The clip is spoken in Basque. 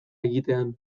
egitean